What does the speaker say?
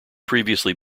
previously